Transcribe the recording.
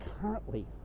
currently